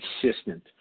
consistent